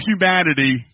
humanity